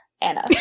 Anna